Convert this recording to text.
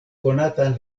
konatan